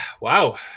Wow